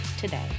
today